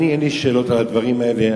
אין לי שאלות על הדברים האלה,